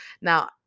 Now